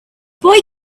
boy